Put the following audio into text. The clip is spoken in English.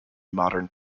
modern